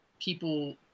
people